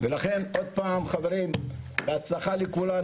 בהצלחה לכולנו,